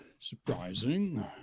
surprising